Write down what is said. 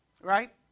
right